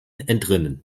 entrinnen